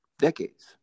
decades